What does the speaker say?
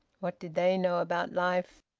what did they know about life?